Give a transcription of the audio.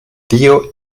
dio